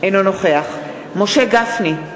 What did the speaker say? אינו נוכח משה גפני,